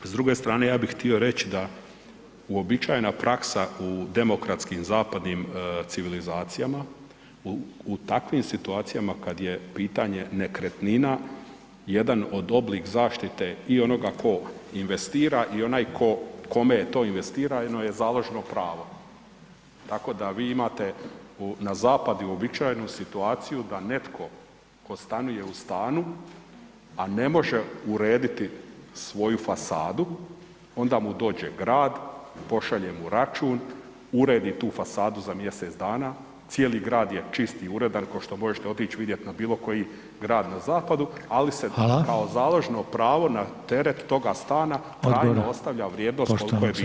S druge strane ja bih htio reći da uobičajena praksa u demokratskim zapadnim civilizacijama u takvim situacijama kada je pitanje nekretnina, jedan od oblika zaštite i onoga ko investira i onaj kome je to investirano … založno pravo, tako da vi imate na zapadu uobičajenu situaciju da netko tko stanuje u stanu, a ne može urediti svoju fasadu onda mu dođe grad, pošalje mu račun, uredi tu fasadu za mjesec dana, cijeli grad je čist i uredan ko što možete vidjeti na bilo koji grad na zapadu, ali se kao založno pravo na teret toga stana trajno ostavlja vrijednost koliko je bila uređivanjem.